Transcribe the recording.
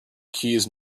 keys